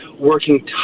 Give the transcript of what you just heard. working